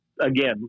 again